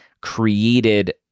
created